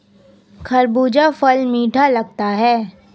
खरबूजा फल मीठा लगता है